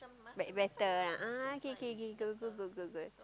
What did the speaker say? make better ah K K K good good good good good